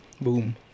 Boom